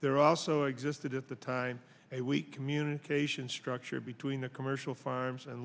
there also existed at the time a weak communication structure between the commercial farms and